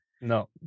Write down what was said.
No